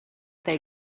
they